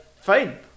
fine